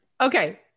Okay